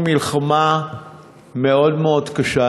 מלחמה מאוד מאוד קשה,